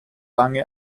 lange